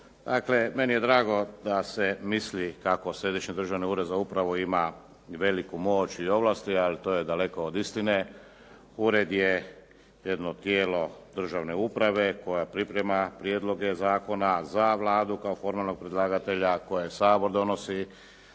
Dakle, meni je drago da se misli kako Središnji državni ured za upravu ima i veliku moć i ovlasti, ali to je daleko od istine. Ured je jedno tijelo državne uprave koje priprema prijedloge zakona za Vladu kao formalnog predlagatelja koje Sabor donosi.